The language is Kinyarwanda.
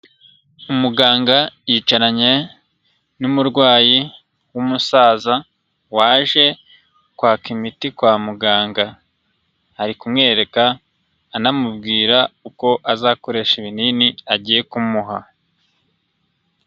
Umuganga yicaranye n'umurwayi w'umusaza, waje kwaka imiti kwa muganga, ari kumwereka anamubwira uko azakoresha ibinini agiye kumuha.